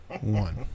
one